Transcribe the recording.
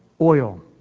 Oil